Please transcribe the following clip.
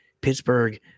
Pittsburgh